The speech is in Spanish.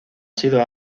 sido